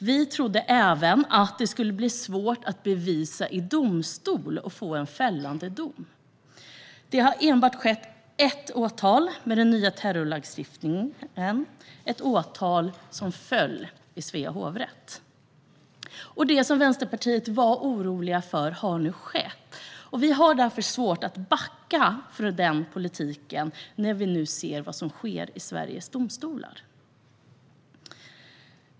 Vi trodde även att det skulle bli svårt att bevisa i domstol och få en fällande dom. Det har enbart skett ett åtal med den nya terrorlagstiftningen, och det föll i Svea hovrätt. Det som vi i Vänsterpartiet var oroliga för har nu skett. Vi har därför svårt att backa från den politiken när vi nu ser vad som sker i Sveriges domstolar.